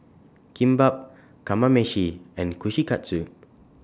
Kimbap Kamameshi and Kushikatsu